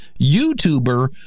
YouTuber